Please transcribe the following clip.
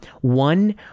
One